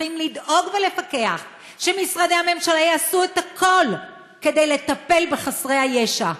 צריכים לדאוג ולפקח שמשרדי הממשלה יעשו את הכול כדי לטפל בחסרי הישע.